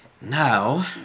Now